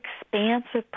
expansive